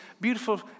beautiful